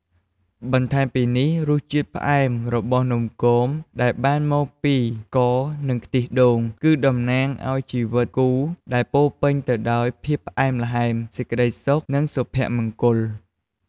បន្ថែមពីនេះ រសជាតិ ផ្អែមរបស់នំគមដែលបានមកពីស្ករ និងខ្ទិះដូង គឺតំណាងឲ្យជីវិតគូដែលពោរពេញទៅដោយភាពផ្អែមល្ហែម សេចក្ដីសុខ និងសុភមង្គល។